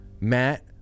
matt